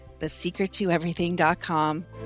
thesecrettoeverything.com